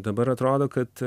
dabar atrodo kad